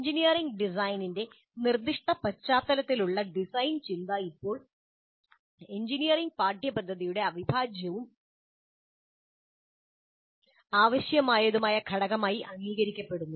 engineering ഡിസൈനിന്റെ നിർദ്ദിഷ്ട പശ്ചാത്തലത്തിലുള്ള ഡിസൈൻ ചിന്ത ഇപ്പോൾ എഞ്ചിനീയറിംഗ് പാഠ്യപദ്ധതിയുടെ അവിഭാജ്യവും ആവശ്യമായതുമായ ഘടകമായി അംഗീകരിക്കപ്പെട്ടിരിക്കുന്നു